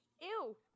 Ew